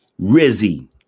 Rizzy